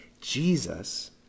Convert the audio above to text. Jesus